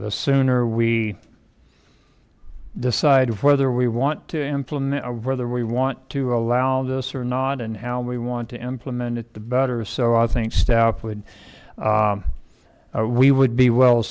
the sooner we decide whether we want to implement or whether we want to allow this or not and how we want to implement it the better so i think staff would we would be well